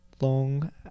long